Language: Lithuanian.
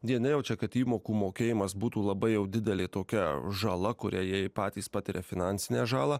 vieni jaučia kad įmokų mokėjimas būtų labai jau didelė tokia žala kurią jie patys patiria finansinę žalą